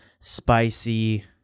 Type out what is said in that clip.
spicy